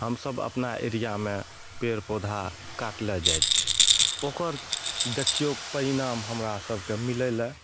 हमसभ अपना एरिआमे पेड़ पौधा काटले जाइत छी ओकर देखियौ परिणाम हमरा सभके मिलैए